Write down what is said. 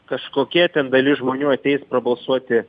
kažkokia ten dalis žmonių ateis balsuoti